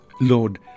lord